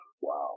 Wow